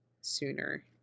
sooner